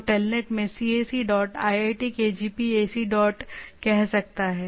तो टेलनेट में cac dot iit kgp ac dot कह सकता है